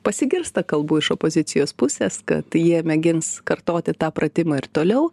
pasigirsta kalbų iš opozicijos pusės kad jie mėgins kartoti tą pratimą ir toliau